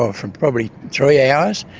ah for probably three hours.